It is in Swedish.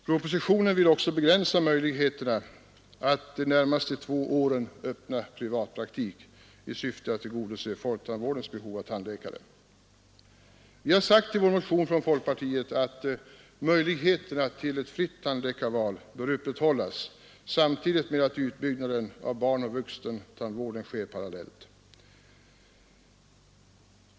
Propositionen vill begränsa möjligheterna att de närmaste två åren öppna privatpraktik i syfte att tillgodose folktandvårdens behov av tandläkare. Vi har i vår motion från folkpartiet framhållit att möjligheterna av fritt tandläkarval bör upprätthållas, samtidigt med att utbyggnaden av barnoch vuxentandvården sker parallellt.